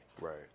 Right